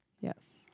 Yes